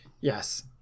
Yes